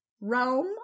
Rome